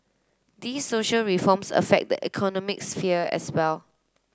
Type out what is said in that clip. these social reforms affect the economic sphere as well